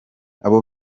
abo